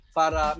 para